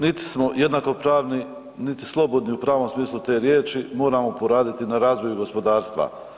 Nit smo jednakopravni niti slobodni u pravom smislu te riječi, moramo poraditi na razvoju gospodarstva.